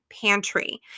pantry